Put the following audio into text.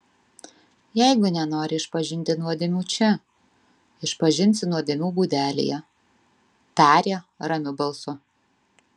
jeigu nenori išpažinti nuodėmių čia išpažinsi nuodėmių būdelėje tarė ramiu balsu